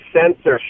censorship